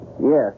Yes